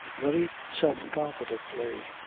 very self-confidently.